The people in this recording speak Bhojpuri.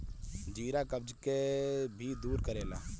जीरा कब्ज के भी दूर करेला